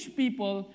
people